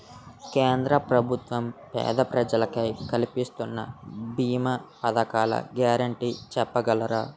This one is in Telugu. కేంద్ర ప్రభుత్వం పేద ప్రజలకై కలిపిస్తున్న భీమా పథకాల గ్యారంటీ చెప్పగలరా?